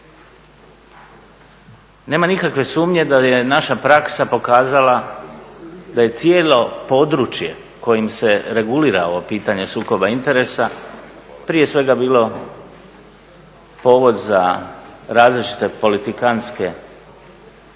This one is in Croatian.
Nema nikakve sumnje da je naša praksa pokazala da je cijelo područje kojim se regulira ovo pitanje sukoba interesa prije svega bilo povod za različite politikantske inicijative